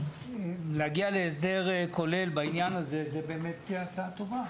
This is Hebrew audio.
להגיע להסדר כולל בעניין הזה תהיה באמת הצעה טובה,